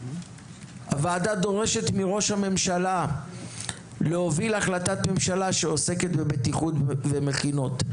הוועדה דורשת מראש הממשלה להוביל החלטת ממשלה שעוסקת בבטיחות במכינות.